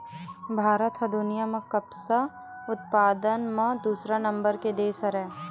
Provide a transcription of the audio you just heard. भारत ह दुनिया म कपसा उत्पादन म दूसरा नंबर के देस हरय